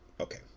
okay